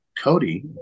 Cody